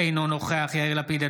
אינו נוכח יאיר לפיד,